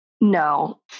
no